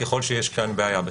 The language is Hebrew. ככל שיש כאן בעיה בכלל.